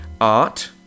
Art